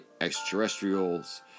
extraterrestrials